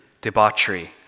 debauchery